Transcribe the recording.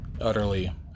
utterly